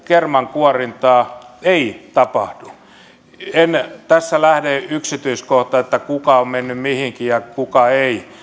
kermankuorintaa ei tapahdu en tässä lähde yksityiskohtiin kuka on mennyt mihinkin ja kuka ei